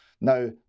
Now